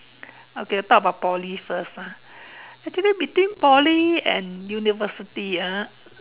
okay talk about Poly first ah actually between Poly and university ah